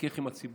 מתחכך עם הציבור,